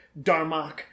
Darmok